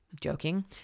Joking